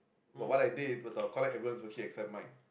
but what I did was I will collect everyone's worksheet except mine